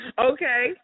Okay